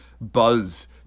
buzz